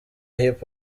hip